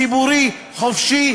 שיהיה לנו שידור ציבורי חופשי,